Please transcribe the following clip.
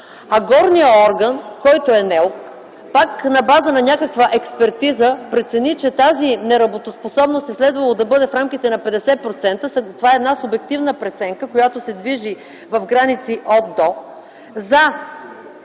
а горният орган, който е НЕЛК, пак на база на някаква експертиза прецени, че тази неработоспособност е следвало да бъде в рамките на 50% – това е една субективна преценка, която се движи в граници „от –